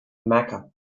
mecca